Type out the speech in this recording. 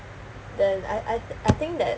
then I I I think that